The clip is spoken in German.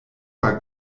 war